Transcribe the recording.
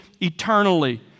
eternally